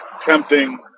tempting